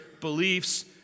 beliefs